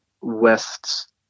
west